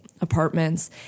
apartments